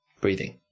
breathing